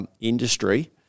Industry